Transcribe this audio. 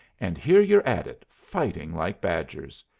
and here you're at it fighting like badgers.